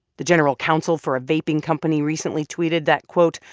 the general counsel for a vaping company recently tweeted that, quote,